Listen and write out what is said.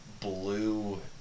blue